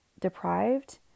deprived